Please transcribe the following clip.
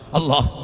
Allah